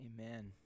Amen